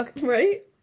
right